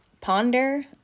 ponder